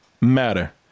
matter